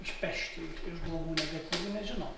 išpešti iš blogų negatyvų nežinau